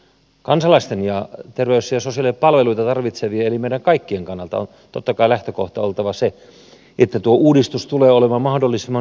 kansalaisten ja terveys ja sosiaalipalveluita tarvitsevien eli meidän kaikkien kannalta on totta kai lähtökohtana oltava se että tuo uudistus tulee olemaan mahdollisimman hyvä